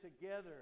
together